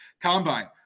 Combine